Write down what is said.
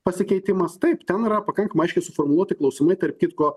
pasikeitimas taip ten yra pakankamai aiškiai suformuluoti klausimai tarp kitko